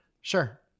Sure